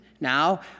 Now